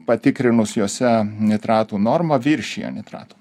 patikrinus juose nitratų normą viršija nitratų